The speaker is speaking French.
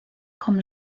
comme